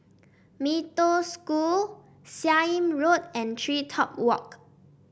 Mee Toh School Seah Im Road and TreeTop Walk